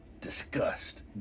disgust